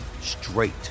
straight